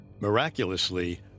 Miraculously